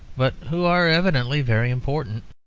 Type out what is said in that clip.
but who are evidently very important.